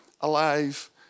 alive